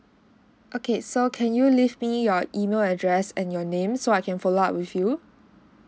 okay so can you leave me your email address and your name so I can follow up with you